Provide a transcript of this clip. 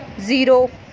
zero